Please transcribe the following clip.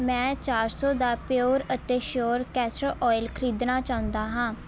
ਮੈਂ ਚਾਰ ਸੌ ਦਾ ਪਿਯੋਰ ਅਤੇ ਸ਼ਿਯੋਰ ਕੈਸਟਰ ਔਇਲ ਖਰੀਦਣਾ ਚਾਹੁੰਦਾ ਹਾਂ